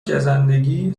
گزندگی